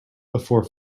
before